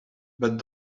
but